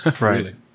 Right